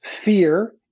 Fear